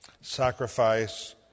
sacrifice